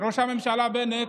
ראש הממשלה בנט,